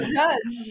judge